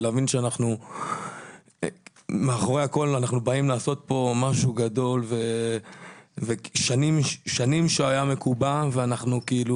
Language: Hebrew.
נבין שאנחנו באים לעשות פה משהו גדול לאחר שהיה מקובע שנים.